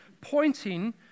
pointing